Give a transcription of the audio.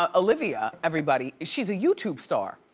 ah olivia, everybody, she's a youtube star.